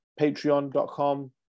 patreon.com